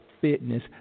fitness